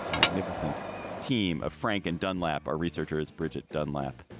magnificent team of frank and dunlap. our researcher is bridget dunlap.